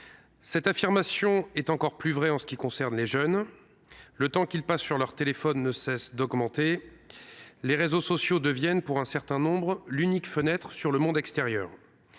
Cette affirmation est encore plus vraie en ce qui concerne les jeunes. Le temps qu’ils passent sur leurs téléphones ne cesse d’augmenter. Les réseaux sociaux deviennent, pour un certain nombre, l’unique fenêtre sur le monde extérieur.